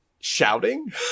shouting